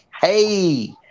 Hey